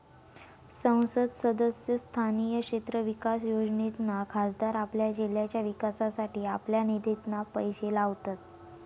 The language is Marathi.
संसद सदस्य स्थानीय क्षेत्र विकास योजनेतना खासदार आपल्या जिल्ह्याच्या विकासासाठी आपल्या निधितना पैशे लावतत